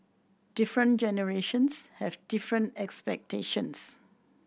different generations have different expectations